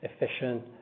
efficient